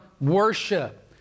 worship